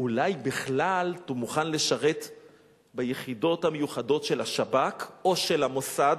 אולי בכלל אתה מוכן לשרת ביחידות המיוחדות של השב"כ או של המוסד,